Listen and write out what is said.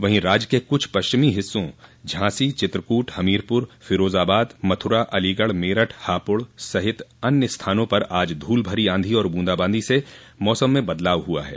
वहीं राज्य के कुछ पश्चिमी हिस्सों झांसी चित्रकूट हमीरपुर फिरोजाबाद मथुरा अलोगढ़ मेरठ हापुड़ सहित अन्य स्थानों पर आज धूल भरी आधी और ब्रंदाबांदी से मौसम में बदलाव हुआ है